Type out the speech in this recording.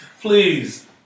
please